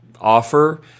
offer